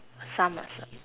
some lah some